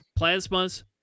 Plasmas